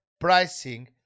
pricing